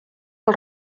els